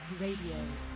radio